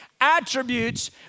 attributes